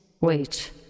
Wait